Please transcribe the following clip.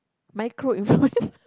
micro influencer